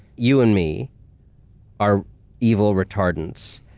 you and me are evil retardants,